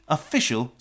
Official